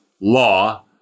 law